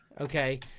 okay